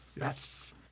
Yes